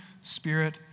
spirit